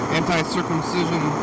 anti-circumcision